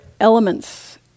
elements